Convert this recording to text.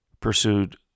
pursued